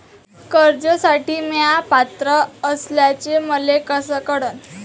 कर्जसाठी म्या पात्र असल्याचे मले कस कळन?